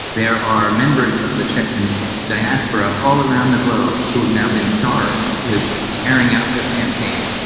there are members of the chechen diaspora all around the globe who have now been charged with carrying out this campaign.